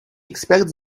expects